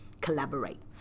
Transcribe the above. collaborate